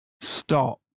Stop